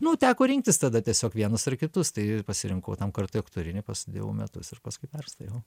nu teko rinktis tada tiesiog vienus ar kitus tai pasirinkau tam kartui aktorinį pasėdėjau metus ir paskui perstojau